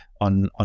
on